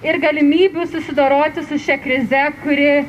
ir galimybių susidoroti su šia krize kuri